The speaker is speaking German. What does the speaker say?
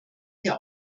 hier